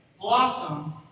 blossom